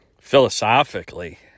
Philosophically